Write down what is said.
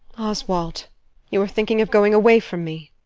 oswald you are thinking of going away from me.